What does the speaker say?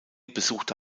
besuchte